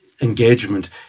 engagement